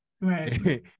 Right